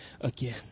again